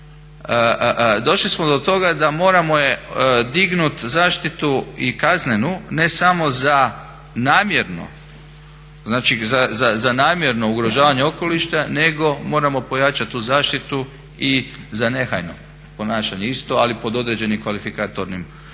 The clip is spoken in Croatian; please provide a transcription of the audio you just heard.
došli smo do toga da moramo je dignut zaštitu i kaznenu, ne samo za namjerno, znači za namjerno ugrožavanje okoliša nego moramo pojačat tu zaštitu i za nehajno ponašanje isto, ali pod određenim kvalifikatornim dakle